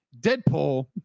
Deadpool